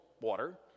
water